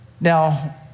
Now